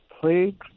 played